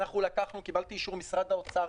קיבלתי אישור ממשרד האוצר,